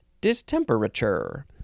Distemperature